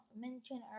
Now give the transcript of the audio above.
mentioned